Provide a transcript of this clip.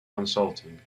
consulting